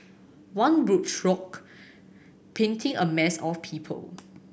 one broad stroke painting a mass of people